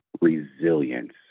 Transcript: resilience